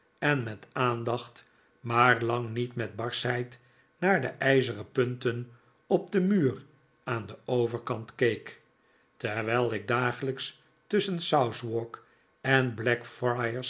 en met aandacht maar lang niet met barschheid naar de ijzeren punten op den muur aan den overkant keek terwijl ik dagelijks tusschen southwark en